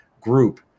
group